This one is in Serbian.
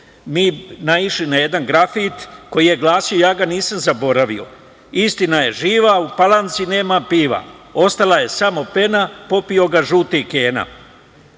mi naišli na jedan grafit koji je glasio, a ja ga nisam zaboravio – Istina je živa, u Palanci nema piva. Ostala je samo pena, popio ga žuti Kena.